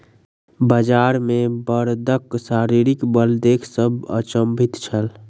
बजार मे बड़दक शारीरिक बल देख सभ अचंभित छल